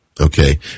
Okay